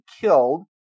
killed